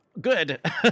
Good